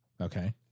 Okay